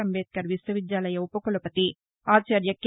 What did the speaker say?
అంటేద్యర్ విశ్వవిద్యాలయ ఉపకులపతి ఆచార్య కె